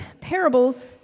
parables